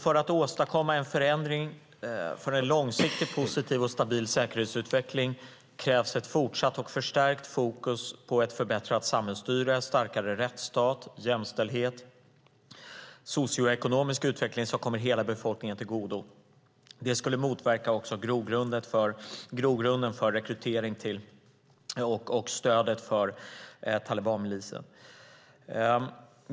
För att åstadkomma en förändring för en långsiktig positiv och stabil säkerhetsutveckling krävs ett fortsatt och förstärkt fokus på ett förbättrat samhällsstyre, en starkare rättsstat, jämställdhet och en socioekonomisk utveckling som kommer hela befolkningen till godo. Det skulle också motverka grogrunden för rekrytering till och stödet för talibanmilisen.